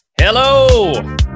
Hello